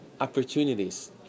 opportunities